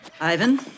Ivan